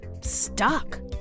stuck